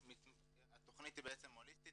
התכנית היא בעצם הוליסטית,